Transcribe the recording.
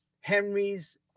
Henry's